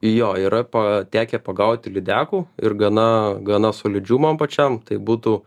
jo yra pa tekę pagauti lydekų ir gana gana solidžių man pačiam tai būtų